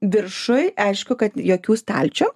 viršuj aišku kad jokių stalčių